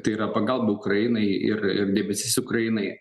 tai yra pagalba ukrainai ir ir dėmesys ukrainai